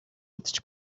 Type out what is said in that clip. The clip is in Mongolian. үзэж